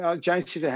James